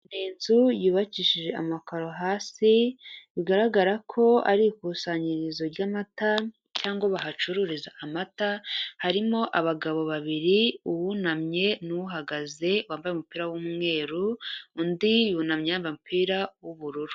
Inzu yubakishije amakoro hasi, bigaragara ko ari ikusanyirizo ry'amata cyangwa bahacururiza amata, harimo abagabo babiri uwunamye n'uhagaze wambaye umupira w'umweru, undi yunamye yambaye umupira w'ubururu.